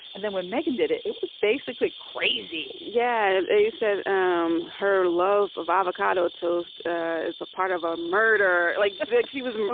and then when meghan did it, it was basically crazy yeah. they said um her love of avocado toast is a part of our murder. like like she was